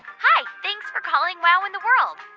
hi. thanks for calling wow in the world.